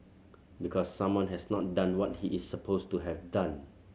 because someone has not done what he is supposed to have done